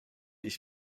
ich